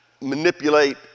manipulate